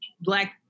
Black